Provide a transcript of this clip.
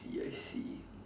I see I see